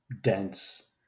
dense